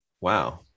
Wow